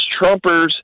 Trumpers –